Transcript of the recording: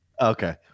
Okay